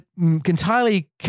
entirely